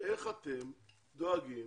איך אתם דואגים